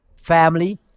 family